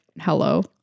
Hello